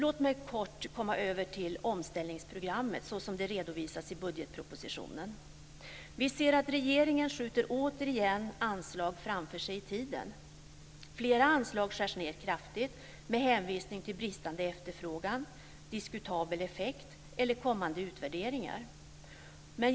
Låt mig kort komma över till omställningsprogrammet, såsom det redovisas i budgetpropositionen. Flera anslag skärs ned kraftigt med hänvisning till bristande efterfrågan, diskutabel effekt eller kommande utvärderingar.